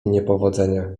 niepowodzenia